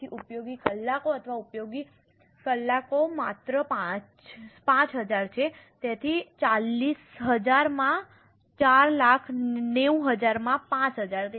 તેથી ઉપયોગી કલાકો અથવા ઉપયોગી કલાકો માત્ર 5000 છે તેથી 40000 માં 490000 માં 5000